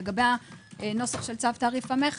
לגבי הנוסח של צו תעריף המכס,